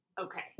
Okay